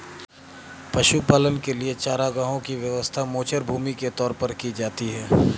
पशुपालन के लिए चारागाहों की व्यवस्था गोचर भूमि के तौर पर की जाती है